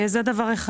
זה דבר אחד.